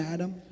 Adam।